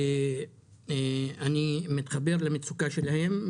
אני מתחבר למצוקה שלהם.